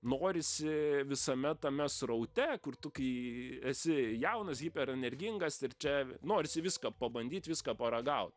norisi visame tame sraute kur tu kai esi jaunas hiperenergingas ir čia norisi viską pabandyt viską paragau